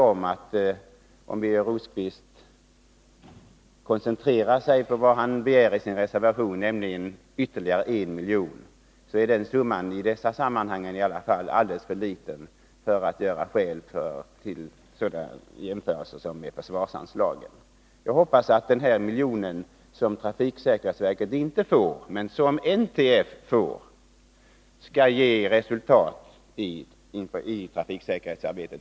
Om Birger Rosqvist koncentrerar sig på vad han begär i sin reservation, nämligen ytterligare 1 milj.kr., är jag övertygad om att han skall inse att den summan är alldeles för liten för att ge anledning till sådana jämförelser med försvarsanslagen. Jag hoppas att den miljon som trafiksäkerhetsverket inte får men som NTF får i alla fall ger resultat i trafiksäkerhetsarbetet.